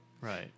right